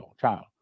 child